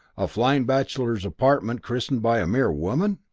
a flying bachelor's apartment christened by a mere woman?